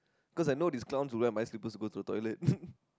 cause I know these clowns will wear my slippers to go to the toilet